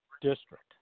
district